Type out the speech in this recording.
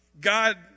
God